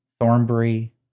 Thornbury